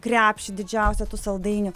krepšį didžiausią tų saldainių